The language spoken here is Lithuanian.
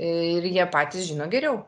ir jie patys žino geriau